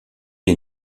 est